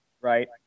Right